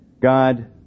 God